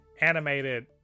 animated